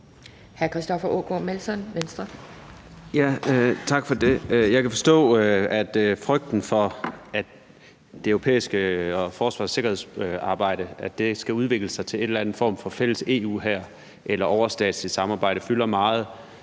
Tak for det. Jeg kan forstå, at frygten for, at det europæiske forsvars- og sikkerhedsarbejde skal udvikle sig til en eller anden form for fælles EU-hær eller et overstatsligt samarbejde, fylder meget.